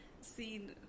seen